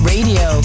Radio